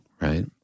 right